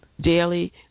Daily